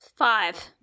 Five